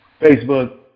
Facebook